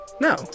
No